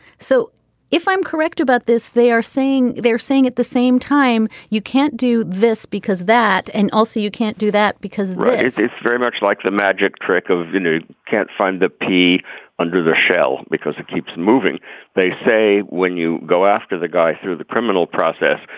so if i'm correct about this they are saying they're saying at the same time you can't do this because that and also you can't do that because it's very much like the magic trick of you can't find the pea under the shell because it keeps moving they say when you go after the guy through the criminal process.